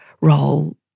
role